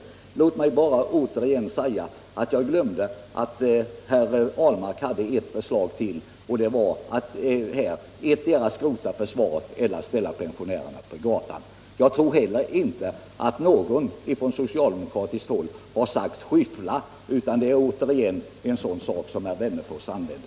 Jag glömde nämna tidigare att herr Ahlmark sade ytterligare en sak. Man hade enligt honom att välja mellan att antingen skrota försvaret eller ställa pensionärerna på gatan. Jag tror inte att någon från socialdemokratiskt håll har sagt ”skuffa”, utan det är återigen ett sådant ordval som herr Wennerfors står för.